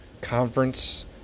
Conference